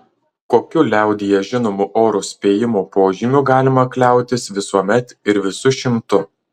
kokiu liaudyje žinomu oro spėjimo požymiu galima kliautis visuomet ir visu šimtu